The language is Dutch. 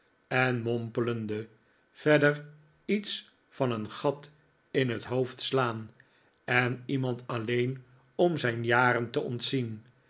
en mompelde verder iets van een gat in het hoofd slaan en iemand alleen om zijn jaren te ontzien